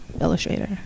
illustrator